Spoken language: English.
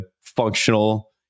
functional